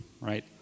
right